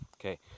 Okay